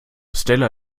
stella